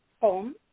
home